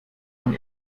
von